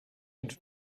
into